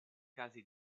casi